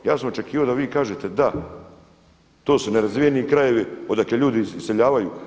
Ja sam očekivao da vi kažete da, to su nerazvijeni krajevi odakle ljudi iseljavaju.